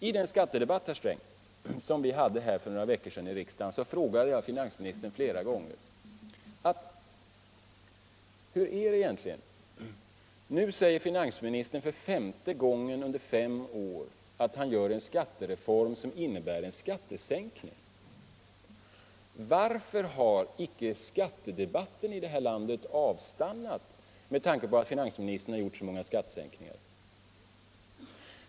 I den skattedebatt, herr Sträng, som vi hade för några veckor sedan i riksdagen frågade jag finansministern flera gånger hur det egentligen ligger till med skatterna. Finansministern säger att han fem gånger under fem år har gjort reformer som innebär skattesänkningar. Varför har då inte skattedebatten i det här landet avstannat om finansministern har gjort så många skat:esänkningar?